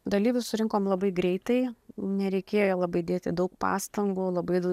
dalyvių surinkom labai greitai nereikėjo labai dėti daug pastangų labai